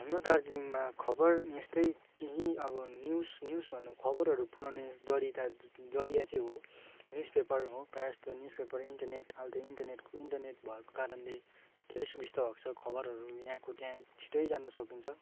हाम्रो दार्जिलिङमा खबर यस्तै केही अब न्युज न्युज भन्दा पनि खबरहरू पुऱ्याउने दरिता जरिया चाहिँ हो न्युज पेपर हो प्रायः जस्तो न्युज पेपर इन्टरनेट अहिले त इन्टरनेट इन्टरनेट भएको कारणले धेरै सुविस्ता भएको छ खबरहरू यहाँको त्यहाँ छिट्टै जानु सकिन्छ